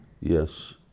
yes